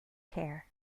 care